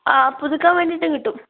ആ പുതുക്കാൻ വേണ്ടിയിട്ടും കിട്ടും